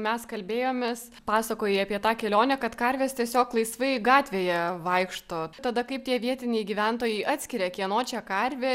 mes kalbėjomės pasakojai apie tą kelionę kad karvės tiesiog laisvai gatvėje vaikšto tada kaip tie vietiniai gyventojai atskiria kieno čia karvė